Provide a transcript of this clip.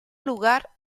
lugar